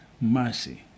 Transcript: mercy